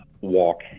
walk